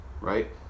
Right